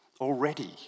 already